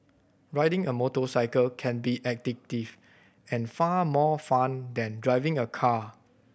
riding a motorcycle can be addictive and far more fun than driving a car